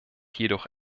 jedoch